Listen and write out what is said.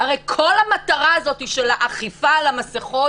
הרי כל המטרה הזאת של האכיפה על המסכות